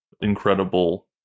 incredible